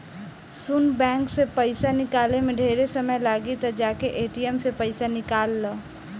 सुन बैंक से पइसा निकाले में ढेरे समय लागी त जाके ए.टी.एम से पइसा निकल ला